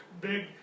big